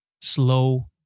slow